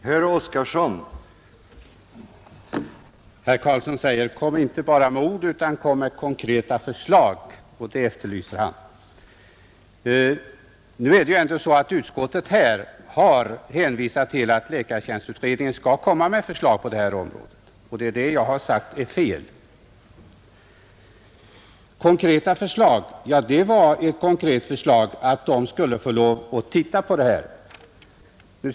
Herr talman! Herr Karlsson i Huskvarna säger: Kom inte bara med ord, utan lägg fram konkreta förslag. Nu har utskottet avvisat motionen och hänvisat till att läkartjänstutredningen skall lägga fram förslag på detta område — och det är fel. Den kommer inte med några sådana förslag. Det är, herr Karlsson, ett konkret förslag att utredningen skulle få direktiv att titta på dessa frågor.